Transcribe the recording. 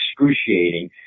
excruciating